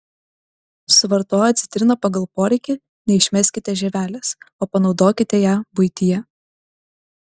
suvartoję citriną pagal poreikį neišmeskite žievelės o panaudokite ją buityje